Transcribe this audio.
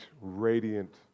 radiant